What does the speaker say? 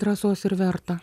drąsos ir verta